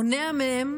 מונע מהם